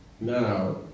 now